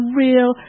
real